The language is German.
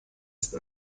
ist